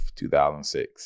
2006